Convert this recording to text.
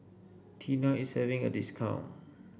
Tena is having a discount